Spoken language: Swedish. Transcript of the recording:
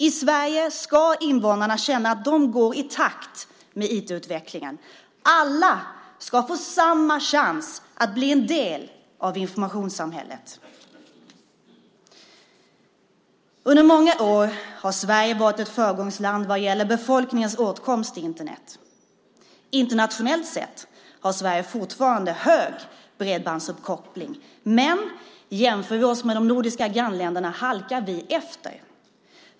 I Sverige ska invånarna känna att de går i takt med IT-utvecklingen. Alla ska få samma chans att bli en del av informationssamhället. Under många år har Sverige varit ett föregångsland vad gäller befolkningens åtkomst till Internet. Internationellt sett har Sverige fortfarande en hög nivå av bredbandsuppkoppling, men jämför vi oss med de nordiska grannländerna så halkar vi efter.